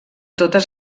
totes